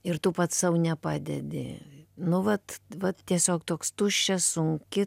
ir tu pats sau nepadedi nu vat vat tiesiog toks tuščias sunki